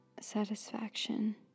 satisfaction